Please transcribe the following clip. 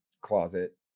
closet